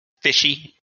fishy